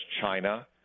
China